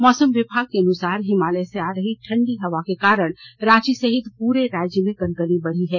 मौसम विभाग के अनुसार हिमालय से आ रही ठंडी हवा के कारण रांची सहित पूरे राज्य में कनकनी बढ़ी है